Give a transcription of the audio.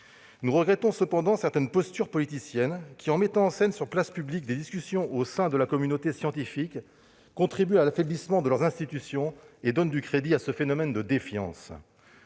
Nous regrettons cependant certaines postures politiciennes, qui, en mettant en scène sur la place publique des discussions au sein de la communauté scientifique, contribuent à l'affaiblissement de leurs institutions et donnent du crédit à ce phénomène de défiance.